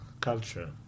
culture